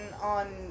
on